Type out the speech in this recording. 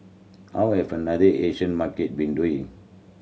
how have other Asian market been doing